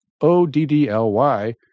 O-D-D-L-Y